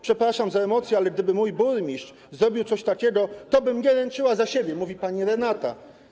Przepraszam za emocje, ale gdyby mój burmistrz zrobił coś takiego, tobym nie ręczyła za siebie - mówi pani Renata.